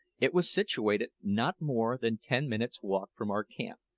it was situated not more than ten minutes' walk from our camp,